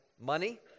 money